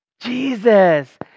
Jesus